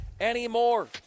anymore